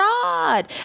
fraud